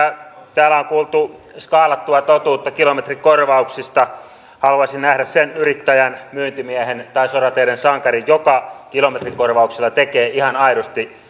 täällä on kuultu skaalattua totuutta kilometrikorvauksista haluaisin nähdä sen yrittäjän myyntimiehen tai sorateiden sankarin joka kilometrikorvauksilla tekee ihan aidosti